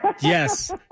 Yes